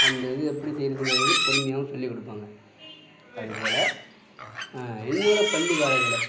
அந்த இது எப்படி செய்யிறதுங்குறது வந்து பொறுமையாகவும் சொல்லிக்கொடுப்பாங்க அதுபோல் என்னோட பள்ளி காலத்தில்